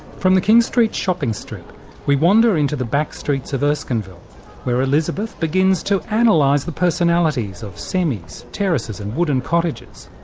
from the king street shopping strip we wander into the back streets of erskineville where elizabeth begins to analyse and like the personalities of semis, terraces and wooden cottages.